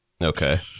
Okay